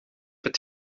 het